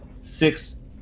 six